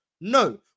no